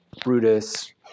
Brutus